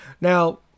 Now